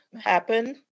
happen